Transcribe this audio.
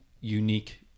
unique